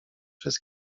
przez